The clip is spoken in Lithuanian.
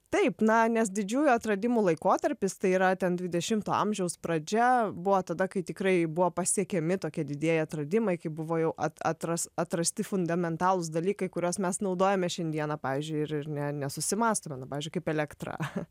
taip na nes didžiųjų atradimų laikotarpis tai yra ten dvidešimo amžiaus pradžia buvo tada kai tikrai buvo pasiekiami tokie didieji atradimai kai buvo jau at atras atrasti fundamentalūs dalykai kuriuos mes naudojame šiandieną pavyzdžiui ir ir ne nesusimąstome nu pavyzdžiui kaip elektra